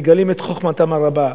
מגלים את חוכמתם הרבה.